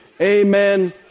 Amen